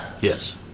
Yes